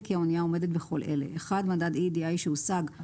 כי האנייה עומדת בכל אלה: מדד EEDI שהושג,